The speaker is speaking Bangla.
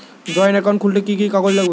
জয়েন্ট একাউন্ট খুলতে কি কি কাগজ লাগবে?